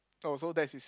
oh so that's his